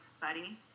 buddy